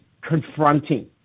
confronting